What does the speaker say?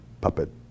puppet